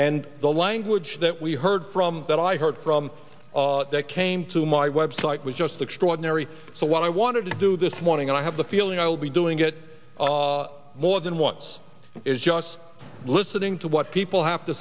and the language that we heard from that i heard from that came to my website was just extraordinary so what i wanted to do this morning and i have the feeling i will be doing it more than once is just listening to what people have to